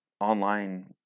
online